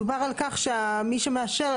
דובר על כך שמי שמאשר,